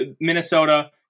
Minnesota